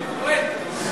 אל תגיד את זה.